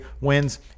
wins